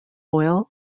oil